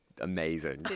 Amazing